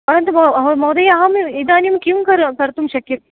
परन्तु महोदय अहं इदानीं किं करो कर्तुं शक्यते